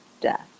death